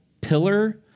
pillar